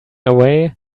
away